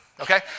okay